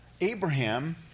Abraham